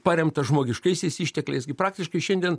paremtą žmogiškaisiais ištekliais gi praktiškai šiandien